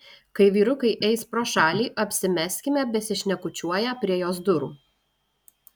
kai vyrukai eis pro šalį apsimeskime besišnekučiuoją prie jos durų